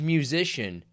Musician